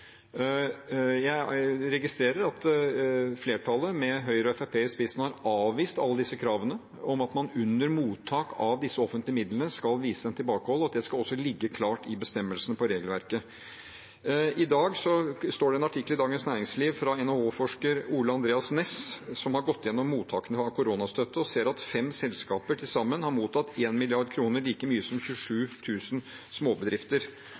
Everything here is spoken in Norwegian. Jeg registrerer at flertallet med Høyre og Fremskrittspartiet i spissen har avvist alle disse kravene om at man under mottak av disse offentlige midlene skal vise tilbakehold, og at det også skal ligge klart i bestemmelsene i regelverket. I dag står det en artikkel i Dagens Næringsliv av NHH-forsker Ole-Andreas Næss. Han har gått gjennom mottakerne av koronastøtte og ser at fem selskaper til sammen har mottatt 1 mrd. kr, like mye som 27 000 småbedrifter.